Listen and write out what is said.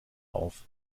auf